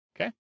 Okay